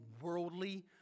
worldly